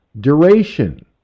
Duration